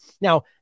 Now